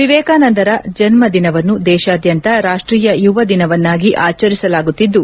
ವಿವೇಕಾನಂದರ ಜನ್ನ ದಿನವನ್ನು ದೇಶಾದ್ಯಂತ ರಾಷ್ಷೀಯ ಯುವ ದಿನವನ್ನಾಗಿ ಆಚರಿಸಲಾಗುತ್ತಿದ್ದು